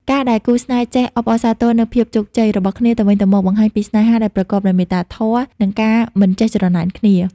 ការដែលគូស្នេហ៍ចេះ "អបអរសាទរនូវភាពជោគជ័យ" របស់គ្នាទៅវិញទៅមក បង្ហាញពីស្នេហាដែលប្រកបដោយមេត្តាធម៌ និងការមិនចេះច្រណែនគ្នា។